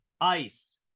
Ice